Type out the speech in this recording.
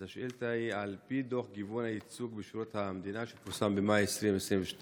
השאילתה: על פי דוח גיוון הייצוג בשירות המדינה שפורסם במאי 2022,